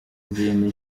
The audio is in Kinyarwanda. izindi